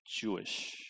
Jewish